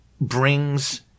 brings